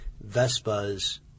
Vespa's